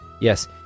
Yes